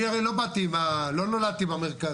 אני הרי לא נולדתי במרכז.